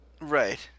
Right